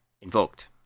invoked